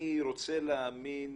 אני רוצה להאמין